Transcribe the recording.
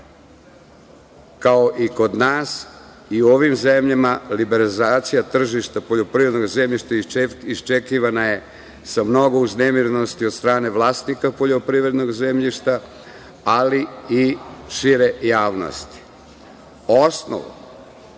i kod nas, i u ovim zemljama liberalizacija tržišta poljoprivrednog zemljišta iščekivana je sa mnogo uznemirenosti od strane vlasnika poljoprivednog zemljišta, ali i šire javnosti. Osnov,